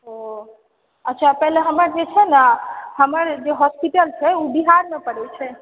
अच्छा पहिले हमर जे छै ने हमर जे होस्पीटल छै ओ बिहारमे परै छै